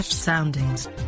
Soundings